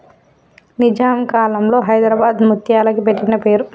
నిజాం కాలంలో హైదరాబాద్ ముత్యాలకి పెట్టిన పేరు